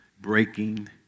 Breaking